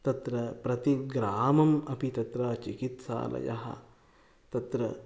तत्र प्रतिग्रामम् अपि तत्र चिकित्सालयः तत्र